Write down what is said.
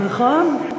נכון?